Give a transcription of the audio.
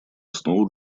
основу